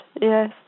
yes